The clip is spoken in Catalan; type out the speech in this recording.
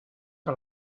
que